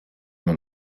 man